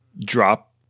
drop